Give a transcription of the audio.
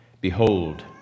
Behold